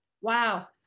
Wow